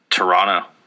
toronto